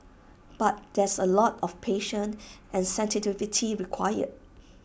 but there's A lot of patience and sensitivity required